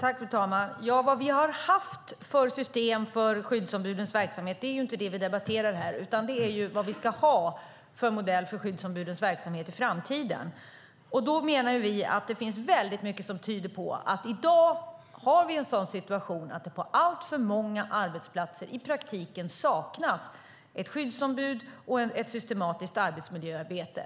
Fru talman! Vad vi har haft för system för skyddsombudens verksamhet är inte det som vi debatterar här, utan det är vad vi ska ha för modell för skyddsombudens verksamhet i framtiden. Då menar vi att det finns väldigt mycket som tyder på att i dag har vi en sådan situation att det på alltför många arbetsplatser i praktiken saknas ett skyddsombud och ett systematiskt arbetsmiljöarbete.